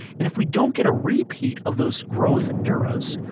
and if we don't get a repeat of those growth areas,